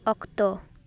ᱚᱠᱛᱚ